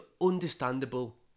understandable